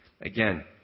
Again